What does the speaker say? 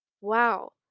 wow